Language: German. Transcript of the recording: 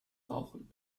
rauchen